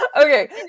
Okay